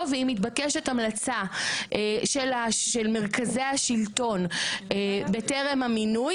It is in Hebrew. ואם מתבקשת המלצה של מרכזי השלטון בטרם המינוי,